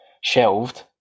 shelved